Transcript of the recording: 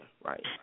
right